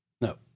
No